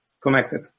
connected